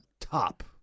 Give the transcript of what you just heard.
top